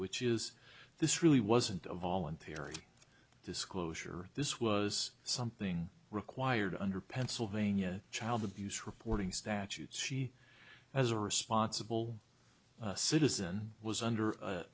which is this really wasn't a voluntary disclosure this was something required under pennsylvania child abuse reporting statute she as a responsible citizen was under a